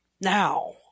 Now